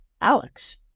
Alex